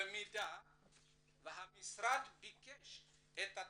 במידה והמשרד ביקש את התקציב.